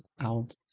out